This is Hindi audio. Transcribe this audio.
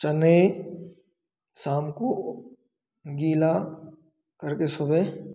चने शाम को गीला करके सुबह